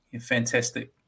fantastic